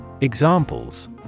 Examples